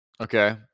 Okay